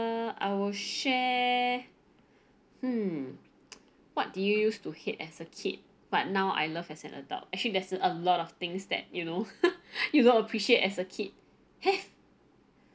ah I will share hmm what do you used to hate as a kid but now I love as an adult actually there's a lot of things that you know you don't appreciate as a kid !hey!